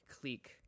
clique